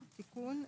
מוגבלות)(תיקון)(תיקון),